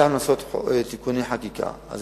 לייתר פסיקה כזאת או אחרת לאחר תיקון חקיקה שלנו.